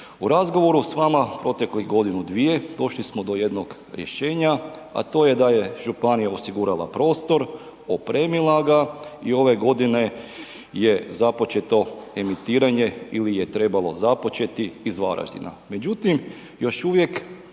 U razgovoru s vama proteklih godinu, dvije, došli smo do jednog rješenja a to je da je županija osigurala prostor, opremila i ove godine je započeto emitiranje ili je trebalo započeti iz Varaždina međutim još uvijek